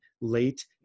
late